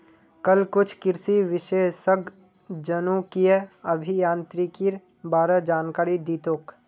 कल कुछ कृषि विशेषज्ञ जनुकीय अभियांत्रिकीर बा र जानकारी दी तेक